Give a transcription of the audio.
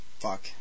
Fuck